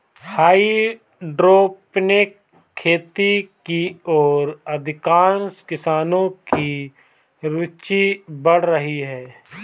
hydroponic खेती की ओर अधिकांश किसानों की रूचि बढ़ रही है